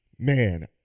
Man